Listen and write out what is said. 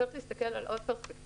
צריך להסתכל גם על עוד פרספקטיבה.